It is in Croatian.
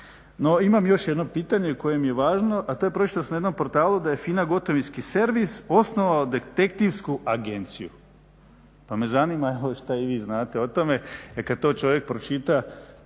No imam još jedno pitanje koje mi je važno a to je pročitao sam na jednom portalu da je FINA gotovinski servis osnovao detektivsku agenciju, pa me zanima šta i vi znate o tome, kad to čovjek pročita